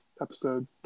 episode